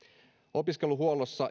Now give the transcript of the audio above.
opiskeluhuollossa